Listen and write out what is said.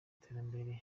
iterambere